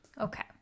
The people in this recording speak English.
Okay